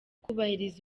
kubahiriza